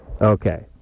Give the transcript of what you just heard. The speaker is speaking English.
Okay